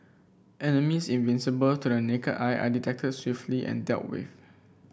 enemies invisible to the naked eye are detected swiftly and dealt with